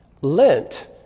Lent